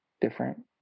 different